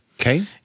Okay